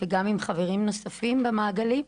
וגם עם חברים נוספים במעגלים.